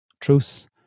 truth